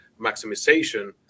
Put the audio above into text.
maximization